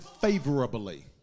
favorably